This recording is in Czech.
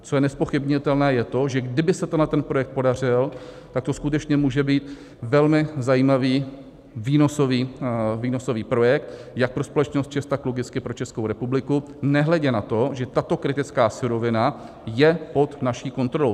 Co je nezpochybnitelné, je to, že kdyby se ten projekt podařil, tak to skutečně může být velmi zajímavý výnosový projekt jak pro společnost ČEZ, tak logicky pro Českou republiku, nehledě na to, že tato kritická surovina je pod naší kontrolou.